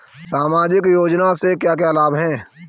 सामाजिक योजना से क्या क्या लाभ होते हैं?